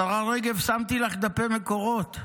השרה רגב, שמתי לך דפי מקורות,